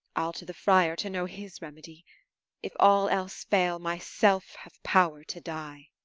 i'll to the friar to know his remedy if all else fail, myself have power to die.